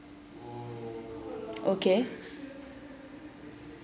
okay